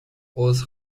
عذر